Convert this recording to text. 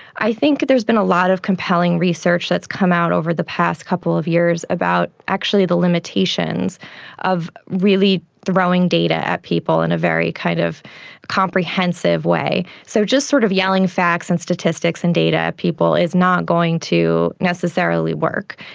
i think there's been a lot of compelling research that has come out over the past couple of years about actually the limitations of really throwing data at people in a very kind of comprehensive way. so just sort of yelling facts and statistics and data at people is not going to necessarily work.